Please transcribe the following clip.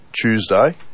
tuesday